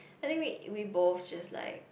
I think we we both just like